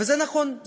וזה נכון,